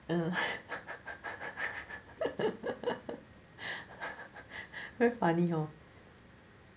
mm very funny hor